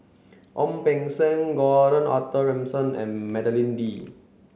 Ong Beng Seng Gordon Arthur Ransome and Madeleine Lee